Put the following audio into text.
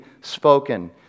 spoken